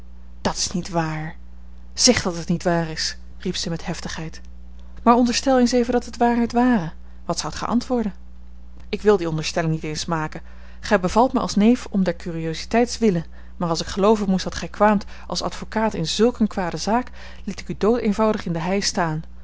dat is niet waar zeg dat het niet waar is riep zij met heftigheid maar onderstel eens even dat het waarheid ware wat zoudt gij antwoorden ik wil die onderstelling niet eens maken gij bevalt mij als neef om der curiositeits wille maar als ik gelooven moest dat gij kwaamt als advocaat in zulk een kwade zaak liet ik u doodeenvoudig in de hei staan